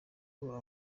bwa